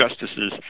justices